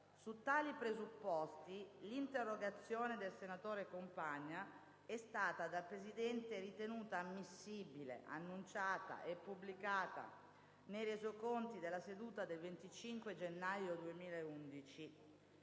Su tali presupposti, l'interrogazione del senatore Compagna è stata dal Presidente ritenuta ammissibile, annunciata e pubblicata nei Resoconti della seduta del 25 gennaio 2011.